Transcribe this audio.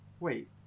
Wait